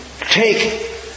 take